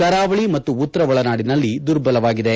ಕರಾವಳಿ ಮತ್ತು ಉತ್ತರ ಒಳನಾಡಿನಲ್ಲಿ ದುರ್ಬಲವಾಗಿದೆ